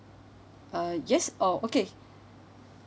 uh yes oh okay